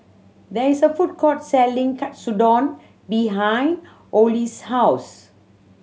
there is a food court selling Katsudon behind Ole's house